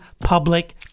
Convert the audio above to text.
public